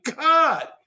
God